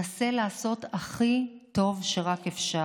אנסה לעשות הכי טוב שרק אפשר.